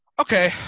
Okay